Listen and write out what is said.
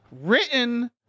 written